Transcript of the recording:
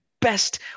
best